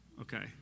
Okay